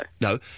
No